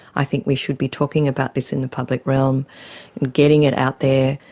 i think we should be talking about this in the public realm and getting it out there.